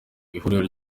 ihuriro